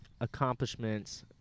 accomplishments